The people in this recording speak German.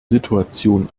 situation